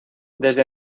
desde